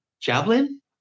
javelin